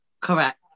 Correct